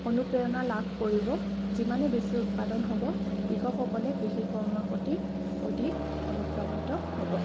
অনুপ্ৰেৰণা লাভ কৰিব যিমানে বেছি উৎপাদন হ'ব কৃষকসকলে কৃষিকৰ্মৰ প্ৰতি অধিক অনুপ্ৰাণিত হ'ব